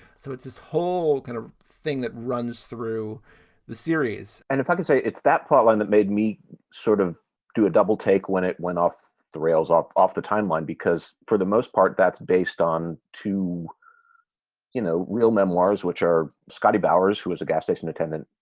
so it's this whole kind of thing that runs through the series and if i can say it's that plotline that made me sort of do a double take when it. went off the rails all off the time line because for the most part, that's based on two you know real memoirs, which are scottie bowers, who is a gas station attendant,